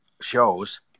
shows